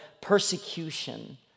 persecution